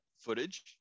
footage